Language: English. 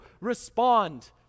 respond